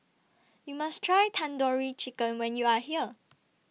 YOU must Try Tandoori Chicken when YOU Are here